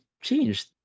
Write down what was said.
changed